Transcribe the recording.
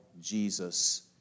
Jesus